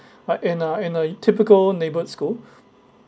right in a in a typical neighbourhood school